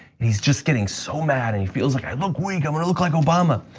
he's just getting so mad. he feels like i look wink i'm gonna look like obama.